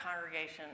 congregation